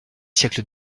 siècles